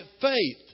faith